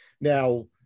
Now